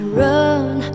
run